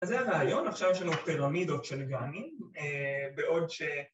‫אז זה הרעיון, עכשיו יש לנו ‫פרמידות של גאנים, בעוד ש...